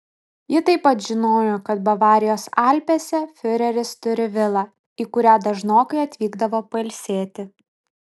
ji taip pat žinojo kad bavarijos alpėse fiureris turi vilą į kurią dažnokai atvykdavo pailsėti